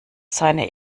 seine